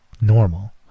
normal